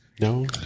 No